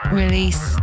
release